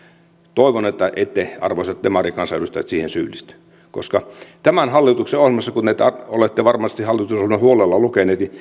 toivon että ette arvoisat demarikansanedustajat siihen syyllisty koska tämän hallituksen ohjelmassa kuten olette varmasti hallitusohjelman huolella lukeneet